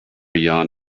yawned